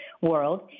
world